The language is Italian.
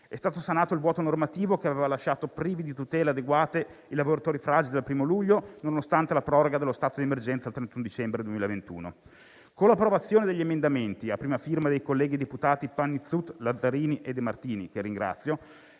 È stato sanato il vuoto normativo che aveva lasciato privi di tutele adeguate i lavoratori fragili dal 1° luglio, nonostante la proroga dello stato di emergenza al 31 dicembre 2021. Con l'approvazione degli emendamenti a prima firma dei colleghi deputati Panizzut, Lazzarini e De Martini, che ringrazio,